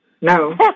No